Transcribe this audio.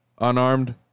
Unarmed